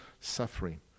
suffering